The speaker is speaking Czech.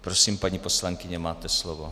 Prosím, paní poslankyně, máte slovo.